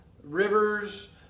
rivers